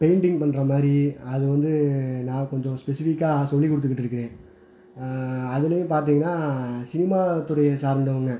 painting பண்ணுற மாதிரி அது வந்து நான் கொஞ்சம் ஸ்பெசிபிக்காக சொல்லி கொடுத்துகிட்டு இருக்கிறேன் அதுலேயும் பார்த்தீங்கன்னா சினிமா துறையை சார்ந்தவங்கள்